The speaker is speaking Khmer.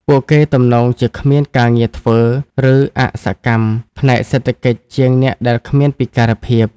ពួកគេទំនងជាគ្មានការងារធ្វើ ឬអសកម្មផ្នែកសេដ្ឋកិច្ចជាងអ្នកដែលគ្មានពិការភាព។